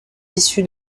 issue